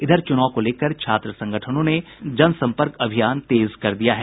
इधर चुनाव को लेकर छात्र संगठनों ने जन सम्पर्क अभियान तेज कर दिया है